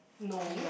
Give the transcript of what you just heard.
no